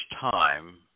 time